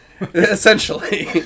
Essentially